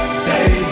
stay